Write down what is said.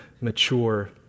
mature